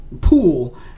pool